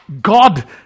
God